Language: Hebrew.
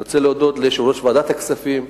אני רוצה להודות ליושב-ראש ועדת הכספים,